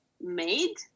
made